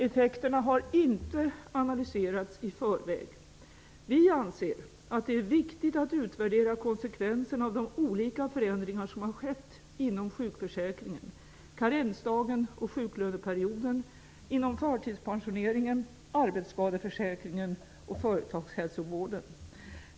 Effekterna har inte analyserats i förväg. Vi anser att det är viktigt att utvärdera konsekvenserna av de olika förändringar som har skett inom sjukförsäkringen -- karensdagen och sjuklöneperioden -- samt inom förtidspensioneringen, arbetsskadeförsäkringen och företagshälsovården.